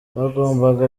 bagombaga